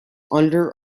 under